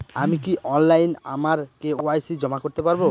আমি কি অনলাইন আমার কে.ওয়াই.সি জমা করতে পারব?